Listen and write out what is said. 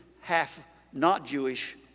half-not-Jewish